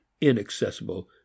inaccessible